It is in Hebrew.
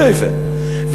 כסייפה,